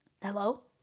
hello